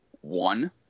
One